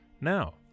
Now